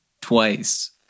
twice